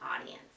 audience